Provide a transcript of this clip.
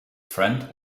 friend